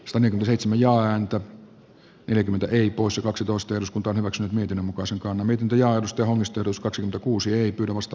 soinin seitsemän ja häntä yli kymmentä eri poissa kaksitoista eduskunta hyväksyi mietinnön mukaan se miten työjaoston istutuskaksi kuusi ei tunnusta